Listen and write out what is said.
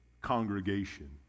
congregation